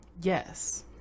yes